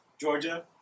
Georgia